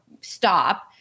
stop